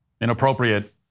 Inappropriate